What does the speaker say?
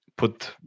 put